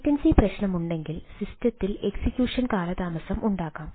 latency പ്രശ്നമുണ്ടെങ്കിൽ സിസ്റ്റത്തിൽ execution കാലതാമസം ഉണ്ടാകാം